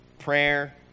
prayer